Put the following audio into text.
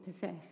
possess